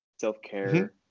self-care